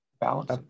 Balance